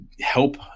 help